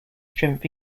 strength